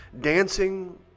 dancing